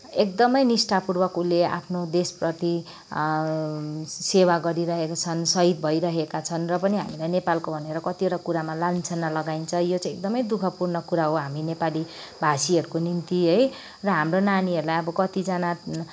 एकदमै निष्ठापूर्वक उसले आफ्नो देशप्रति सेवा गरिरहेको छन् सहिद भइरहेका छन् र पनि हामीलाई नेपालको भनेर कतिवटा कुरामा लाञ्छना लगाइन्छ यो चाहिँ एकदमै दु खपूर्ण कुरा हो हामी नेपाली भाषीहरूको निम्ति है र हाम्रो नानीहरूलाई अब कतिजना